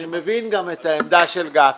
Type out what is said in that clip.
אני מבין גם את העמדה של גפני.